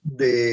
de